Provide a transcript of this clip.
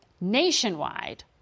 nationwide